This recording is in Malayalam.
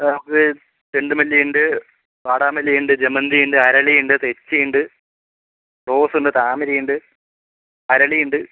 ആ അതെ ചെണ്ടുമല്ലിയുണ്ട് വാടാമല്ലിയുണ്ട് ജമന്തിയുണ്ട് അരളിയുണ്ട് തെച്ചിയുണ്ട് റോസുണ്ട് താമരയുണ്ട് അരളിയുണ്ട്